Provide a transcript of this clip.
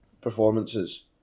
performances